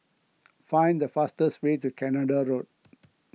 find the fastest way to Canada Road